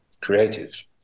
creative